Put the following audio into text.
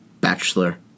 Bachelor